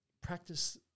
practice